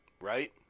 right